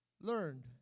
learned